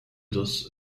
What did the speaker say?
das